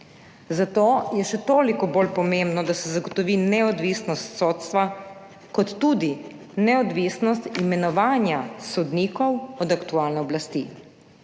zato je še toliko bolj pomembno, da se zagotovita neodvisnost sodstva ter tudi neodvisnost imenovanja sodnikov od aktualne oblasti.